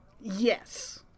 Yes